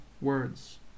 words